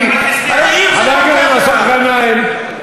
חבר הכנסת מסעוד גנאים.